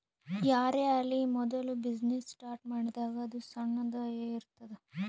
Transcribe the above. ಯಾರೇ ಆಲಿ ಮೋದುಲ ಬಿಸಿನ್ನೆಸ್ ಸ್ಟಾರ್ಟ್ ಮಾಡಿದಾಗ್ ಅದು ಸಣ್ಣುದ ಎ ಇರ್ತುದ್